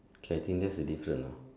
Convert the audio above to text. so I think that's the different ah